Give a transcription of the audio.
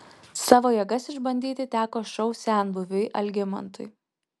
savo jėgas išbandyti teko šou senbuviui algimantui